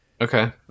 Okay